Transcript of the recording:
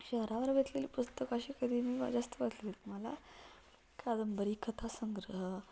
शहरावर घेतलेली पुस्तकं अशी कधी मी जास्त वाचलेली तुम्हाला कादंबरी कथासंग्रह